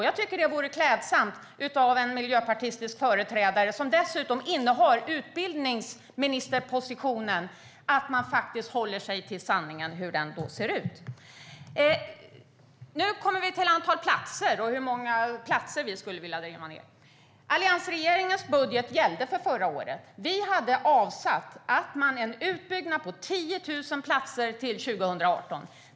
Jag tycker att det vore klädsamt av en företrädare för Miljöpartiet, som dessutom innehar utbildningsministerposten, att hålla sig till sanningen hur den än ser ut. Nu kommer vi till antalet platser och hur många platser vi skulle vilja lägga ned. Alliansregeringens budget gällde för förra året. Vi hade avsatt medel för en utbyggnad på 10 000 platser till 2018.